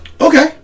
Okay